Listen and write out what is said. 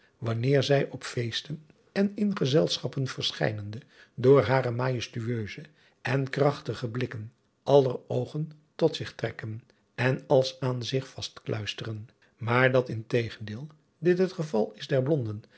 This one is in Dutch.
wanneer zij op feesten en in gezelschappen verschijnende door hare majes driaan oosjes zn et leven van illegonda uisman tueuze en krachtige blikken aller oogen tot zich trekken en als aan zich vast kluisteren maar dat in tegendeel dit het geval is der blonden